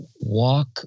walk